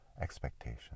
expectations